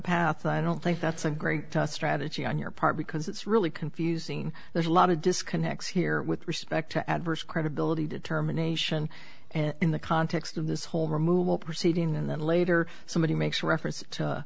and i don't think that's a great strategy on your part because it's really confusing there's a lot of disconnects here with respect to adverse credibility determination in the context of this whole removal proceeding and then later somebody makes reference to